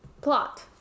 plot